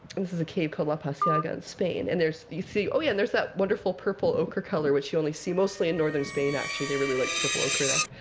this is a cave called la pasiega in spain. and there's, you see oh yeah, and there's that wonderful purple ochre color, which you only see mostly in northern spain, actually. they really liked purple ochre there.